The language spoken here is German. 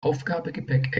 aufgabegepäck